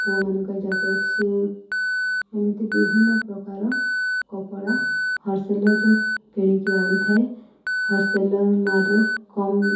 ପୁଅମାନଙ୍କ jacket suit ଏମିତି ବିଭିନ୍ନ ପ୍ରକାର କପଡ଼ା ହୋଲ୍ସେଲର୍ରୁ କିଣିକି ଆଣିଥାଏ ହୋଲ୍ସେଲର୍ରୁ କମ୍